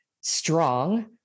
strong